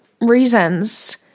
reasons